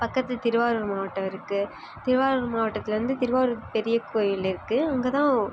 பக்கத்துக்கு திருவாரூர் மாவட்டம் இருக்குது திருவாரூர் மாவட்டத்துலேருந்து திருவாரூர் பெரிய கோவில் இருக்குது அங்கே தான்